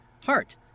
heart